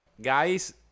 Guys